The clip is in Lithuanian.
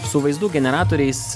su vaizdų generatoriais